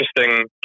interesting